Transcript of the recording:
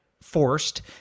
forced